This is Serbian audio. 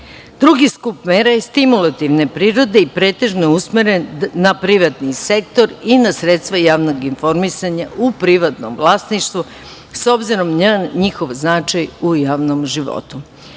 skup mera je stimulativne prirode i pretežno usmeren na privatni sektor i na sredstva javnog informisanja u privatnom vlasništvu, s obzirom na njihov značaj u javnom životu.